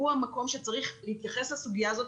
הוא המקום שצריך להתייחס לסוגיה הזאת,